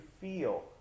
feel